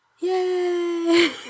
Yay